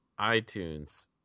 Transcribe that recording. iTunes